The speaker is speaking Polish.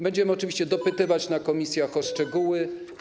Będziemy oczywiście dopytywać w komisjach o szczegóły.